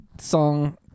song